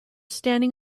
standing